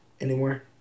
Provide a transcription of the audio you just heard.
anymore